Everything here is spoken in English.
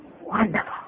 wonderful